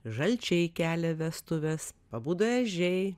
žalčiai kelia vestuves pabudo ežiai